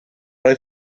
oedd